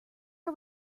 are